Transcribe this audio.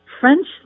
French